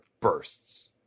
bursts